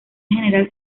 general